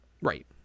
Right